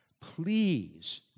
Please